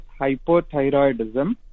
hypothyroidism